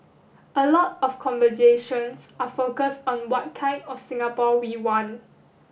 a lot of conversations are focused on what kind of Singapore we want